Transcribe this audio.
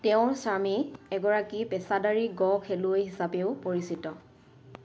তেওঁৰ স্বামী এগৰাকী পেচাদাৰী গ' খেলুৱৈ হিচাপেও পৰিচিত